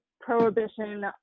prohibition